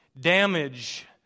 damage